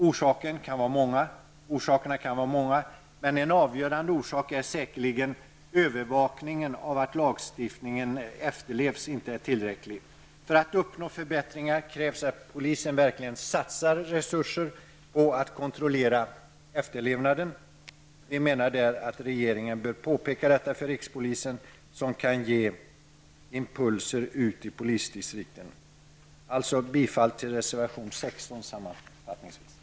Orsakerna till detta kan vara många, men en avgörande orsak är säkerligen att övervakningen av att lagstiftningen efterlevs inte är tillräcklig. För att uppnå förbättringar krävs att polisen verkligen satsar resurser på att kontrollera efterlevnaden. Vi menar att regeringen bör påpeka detta för rikspolisstyrelsen, som kan ge impulser ut i polisdistrikten. Alltså bifall till reservation 16, sammanfattningsvis!